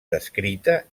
descrita